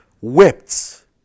wept